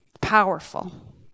Powerful